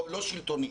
לא שלטוניים.